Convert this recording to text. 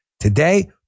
Today